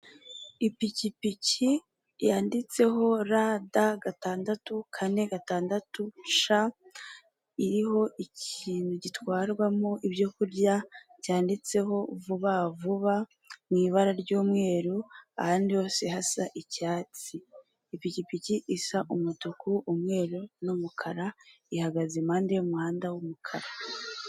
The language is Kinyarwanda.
Ipikipiki yanditseho rada gatandatu kane gatandatu ca iriho ikintu gitwarwamo ibyo kurya byanditseho vuba vuba mu ibara ry'umweru, ahandi hose hasa icyatsi ipikipiki isa umutuku umweru n'umukara, ihagaze impande y'umuhanda w'umukara.